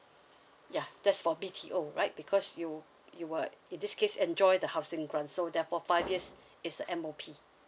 ya that's for B T O right because you you would in this case enjoy the housing grant so therefore five years is the M O P